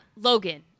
Logan